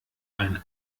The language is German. ein